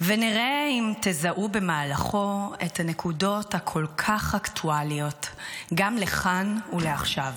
ונראה אם תזהו במהלכו את הנקודות הכל-כך אקטואליות גם לכאן ולעכשיו.